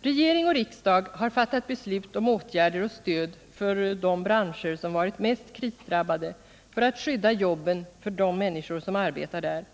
Regering och riksdag har fattat beslut om åtgärder och stöd för de branscher som varit mest krisdrabbade för att skydda jobben för de människor som arbetar där.